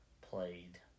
played